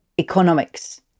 Economics